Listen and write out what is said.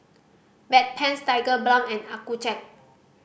Bedpans Tigerbalm and Accucheck